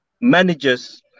Managers